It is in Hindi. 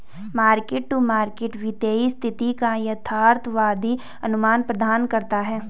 मार्क टू मार्केट वित्तीय स्थिति का यथार्थवादी अनुमान प्रदान करता है